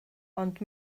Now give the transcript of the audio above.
ond